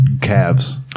calves